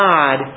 God